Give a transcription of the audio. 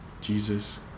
Jesus